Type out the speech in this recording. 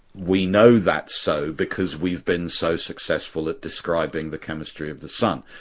we know that's so because we've been so successful at describing the chemistry of the sun.